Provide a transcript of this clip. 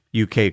UK